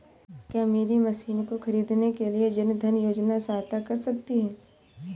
क्या मेरी मशीन को ख़रीदने के लिए जन धन योजना सहायता कर सकती है?